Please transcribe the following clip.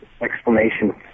explanation